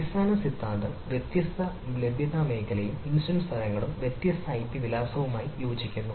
അടിസ്ഥാന സിദ്ധാന്തം വ്യത്യസ്ത ലഭ്യത മേഖലയും ഇൻസ്റ്റൻസ് തരങ്ങളും വ്യത്യസ്ത ഐപി വിലാസവുമായി യോജിക്കുന്നു